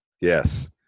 yes